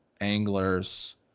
anglers